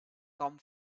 come